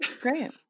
Great